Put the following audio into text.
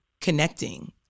connecting